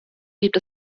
gibt